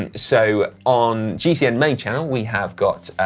and so on gcn main channel we have got,